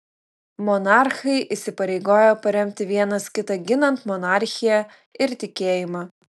monarchai įsipareigojo paremti vienas kitą ginant monarchiją ir tikėjimą